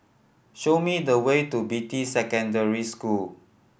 show me the way to Beatty Secondary School